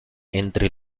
entre